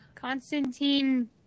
Constantine